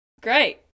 Great